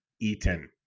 Eaton